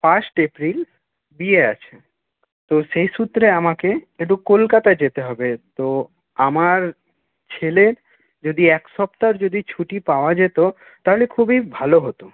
first April বিয়ে আছে তো সেই সূত্রে আমাকে একটু কলকাতায় যেতে হবে তো আমার ছেলের যদি এক সপ্তাহর যদি ছুটি পাওয়া যেত তাহলে খুবই ভালো হতো